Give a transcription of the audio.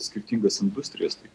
skirtingas industrijas tai